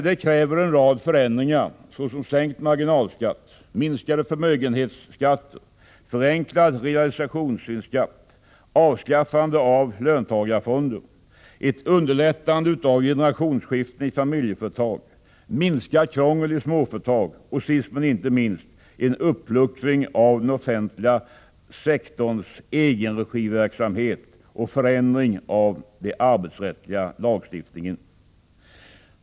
Detta kräver en rad förändringar, såsom sänkt marginalskatt, minskade förmögenhetsskatter, förenklad realisationsvinstsskatt, avskaffande av löntagarfonder, ett underlättande av generationsskiften i familjeföretag, minskat krångel i småföretag och, sist men inte minst, en uppluckring av den offentliga sektorns egenregiverksamhet och förändring av den arbetsrättsliga lagstiftningen.